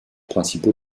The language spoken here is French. principaux